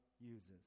uses